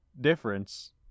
difference